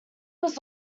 was